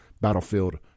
Battlefield